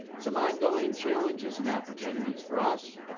so ongoing challenges and opportunities for us,